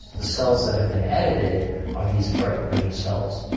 the cells that have been edited are these bright green cells.